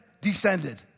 descended